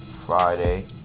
Friday